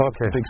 Okay